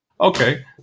Okay